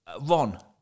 Ron